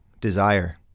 desire